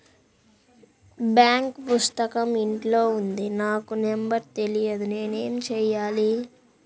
Bank పుస్తకం ఇంట్లో ఉంది నాకు నంబర్ తెలియదు నేను ఏమి చెయ్యాలి?